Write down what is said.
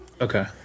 okay